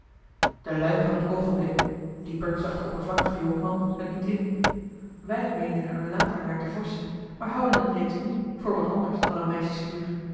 de luim van het oogenblik dieper zag de oppervlakkige jonkman het niet in wij meenen er later naar te vorschen maar houden het reeds nu voor wat anders dan eene